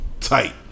Tight